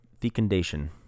fecundation